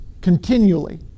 continually